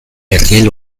ergel